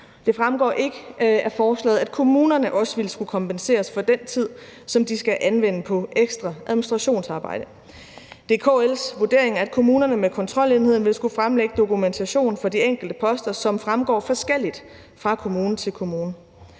Det fremgår ikke af forslaget, at kommunerne også ville skulle kompenseres for den tid, som de skal anvende på ekstra administrationsarbejde. Det er KL’s vurdering, at kommunerne med kontrolenheden vil skulle fremlægge dokumentation for de enkelte poster, som fremgår forskelligt fra kommune til kommune.